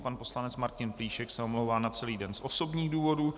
Pan poslanec Martin Plíšek se omlouvá na celý den z osobních důvodů.